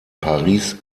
paris